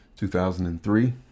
2003